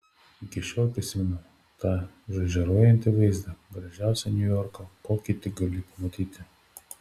iki šiol prisimenu tą žaižaruojantį vaizdą gražiausią niujorką kokį tik gali pamatyti